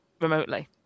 remotely